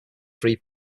three